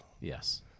Yes